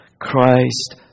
Christ